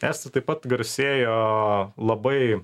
estai taip pat garsėjo labai